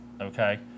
okay